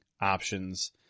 options